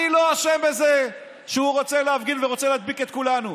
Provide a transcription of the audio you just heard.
אני לא אשם בזה שהוא רוצה להפגין ורוצה להדביק את כולנו